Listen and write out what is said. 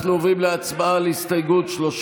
אנחנו עוברים להצבעה על הסתייגות מס'